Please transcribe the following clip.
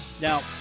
Now